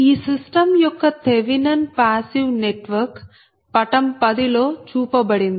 ఈ సిస్టం యొక్క Thevenin passive network పటం 10 లో చూపబడింది